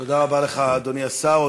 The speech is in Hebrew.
תודה רבה לך, אדוני השר.